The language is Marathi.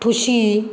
ठुशी